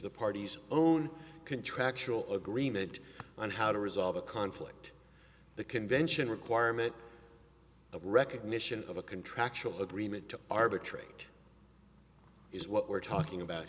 the party's own contractual agreement on how to resolve a conflict the convention requirement of recognition of a contractual agreement to arbitrate is what we're talking about